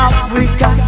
Africa